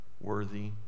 worthy